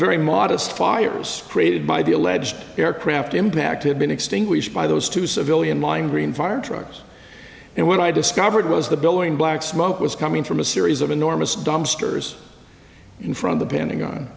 very modest fires created by the alleged aircraft impact had been extinguished by those two civilian lying green fire trucks and when i discovered it was the billowing black smoke was coming from a series of enormous dumpsters in from the pentagon